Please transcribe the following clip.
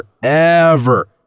forever